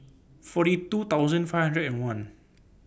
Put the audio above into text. forty two thousand five hundred and one